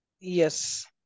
Yes